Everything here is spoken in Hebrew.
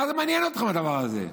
מה זה מעניין אתכם, הדבר הזה?